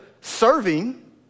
serving